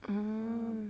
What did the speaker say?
mm